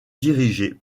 dirigée